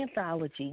anthology